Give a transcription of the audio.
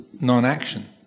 non-action